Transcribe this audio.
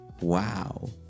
wow